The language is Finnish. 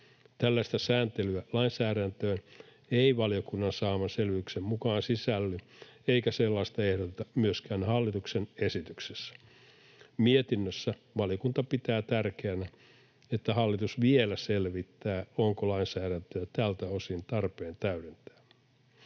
Tällaista sääntelyä lainsäädäntöön ei valiokunnan saaman selvityksen mukaan sisälly, eikä sellaista ehdoteta myöskään hallituksen esityksessä. Mietinnössä valiokunta pitää tärkeänä, että hallitus vielä selvittää, onko lainsäädäntöä tältä osin tarpeen täydentää.